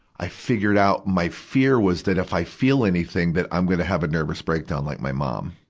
i figured out, my fear was that if i feel anything, that i'm gonna have a nervous breakdown like my mom.